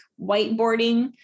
whiteboarding